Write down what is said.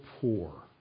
poor